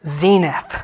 zenith